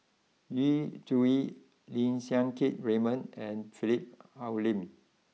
Yu Zhuye Lim Siang Keat Raymond and Philip Hoalim